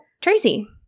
Tracy –